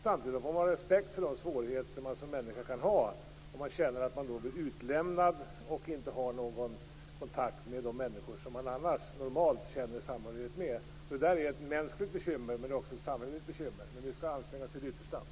Samtidigt får man ha respekt för de svårigheter som människor kan ha om de känner sig utlämnande och inte har någon kontakt med de människor som man normalt känner samhörighet med. Detta är ett mänskligt bekymmer, men också ett samhälleligt bekymmer. Men vi skall anstränga oss till det yttersta.